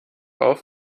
auf